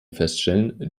feststellen